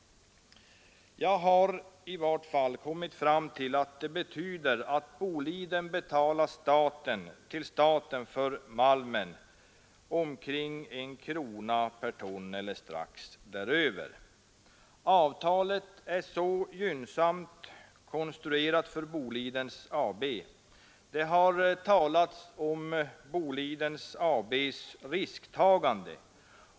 Jag har kommit fram till att det Boliden betalar staten för malmen kommer att hålla sig på omkring 1 krona per ton eller strax däröver. Avtalet är så konstruerat att det är mycket gynnsamt för Boliden AB. Det har talats om bolagets risktagande.